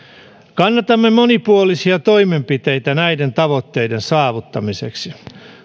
kannatamme monipuolisia toimenpiteitä näiden tavoitteiden saavuttamiseksi